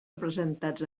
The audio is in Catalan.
representats